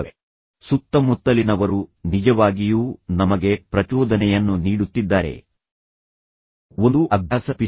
ನಾವು ಅಥವಾ ಸುತ್ತಮುತ್ತಲಿನವರು ನಿಜವಾಗಿಯೂ ನಮಗೆ ಏನನ್ನಾದರೂ ಮಾಡಲು ಮತ್ತು ನಂತರ ಪ್ರಚೋದನೆಯನ್ನು ನೀಡುತ್ತಿದ್ದಾರೆ ಒಂದು ಅಭ್ಯಾಸ ರೂಪಿಸಲು